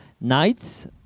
nights